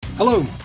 Hello